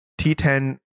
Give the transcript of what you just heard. T10